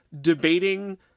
debating